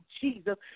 Jesus